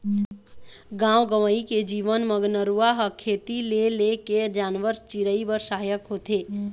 गाँव गंवई के जीवन म नरूवा ह खेती ले लेके जानवर, चिरई बर सहायक होथे